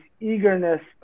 eagerness